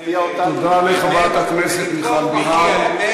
תודה רבה לחברת הכנסת מיכל בירן.